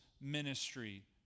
ministry